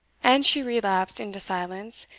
and she relapsed into silence,